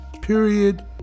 period